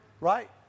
right